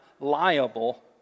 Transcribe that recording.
liable